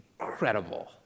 Incredible